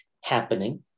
happening